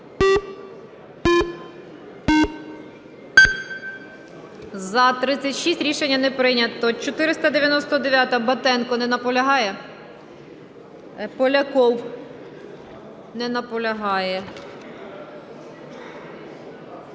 За-36 Рішення не прийнято. 499-а, Батенко. Не наполягає? Поляков. Не наполягає.